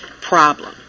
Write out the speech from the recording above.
problem